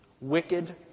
Wicked